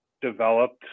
developed